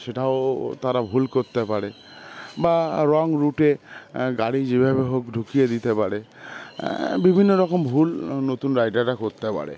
সেটাও তারা ভুল করতে পারে বা রং রুটে গাড়ি যেভাবে হোক ঢুকিয়ে দিতে পারে বিভিন্ন রকম ভুল নতুন রাইডাররা করতে পারে